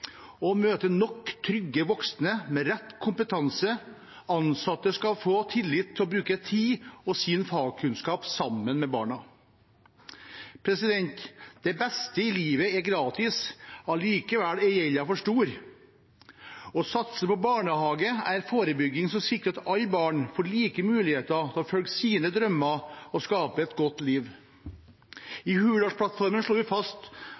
møte nok trygge voksne med rett kompetanse. Ansatte skal få tillit til å bruke sin tid og fagkunnskap sammen med barna. «Det bæste i livet er gratis, allikevæl er gjelda for stor». Å satse på barnehager er forebygging som sikrer at alle barn får like muligheter til å følge sine drømmer og skape et godt liv. I Hurdalsplattformen slår vi fast